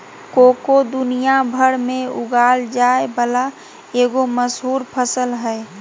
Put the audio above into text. cocoa दुनिया भर में उगाल जाय वला एगो मशहूर फसल हइ